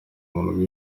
muntu